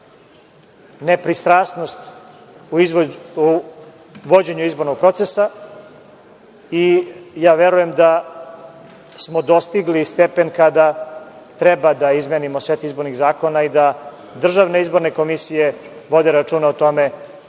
nepristrasnost u vođenju izbornog procesa. Ja verujem da smo dostigli stepen kada treba da izmenimo set izbornih zakona i da državne izborne komisije vode računa o tome